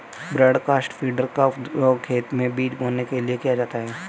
broadcast feeder का उपयोग खेत में बीज बोने के लिए किया जाता है